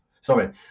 sorry